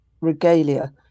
regalia